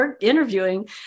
interviewing